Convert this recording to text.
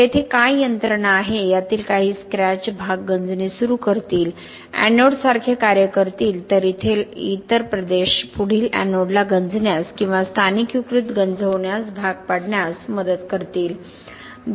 तर येथे काय यंत्रणा आहे यातील काही स्क्रॅच भाग गंजणे सुरू करतील एनोडसारखे कार्य करतील तर इतर प्रदेश पुढील एनोडला गंजण्यास किंवा स्थानिकीकृत गंज होण्यास भाग पाडण्यास मदत करतील